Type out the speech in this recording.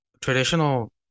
traditional